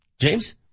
James